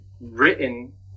written